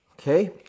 okay